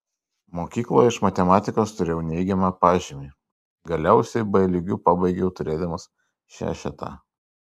mokykloje iš matematikos turėjau neigiamą pažymį galiausiai b lygiu pabaigiau turėdamas šešetą